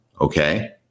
Okay